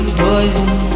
poison